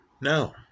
No